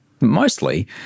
Mostly